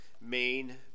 main